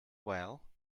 well